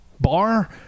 bar